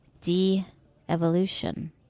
de-evolution